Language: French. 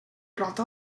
plante